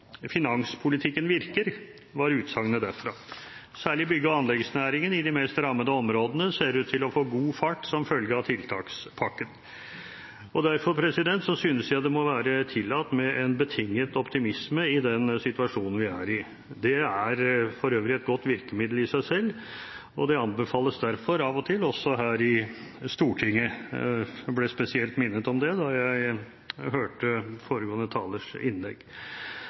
Finanspolitikken virker, var utsagnet derfra. Særlig bygg- og anleggsnæringen i de mest rammede områdene ser ut til å få god fart som følge av tiltakspakken. Derfor synes jeg det må være tillatt med en betinget optimisme i den situasjonen vi er i. Det er for øvrig et godt virkemiddel i seg selv, og det anbefales derfor av og til, også her i Stortinget. Jeg ble spesielt minnet om det da jeg hørte foregående talers innlegg.